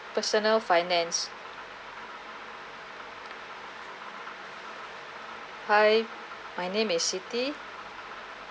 personal finance hi my name is siti